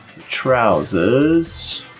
trousers